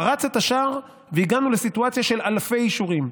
פרץ את השער, והגענו לסיטואציה של אלפי אישורים.